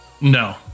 no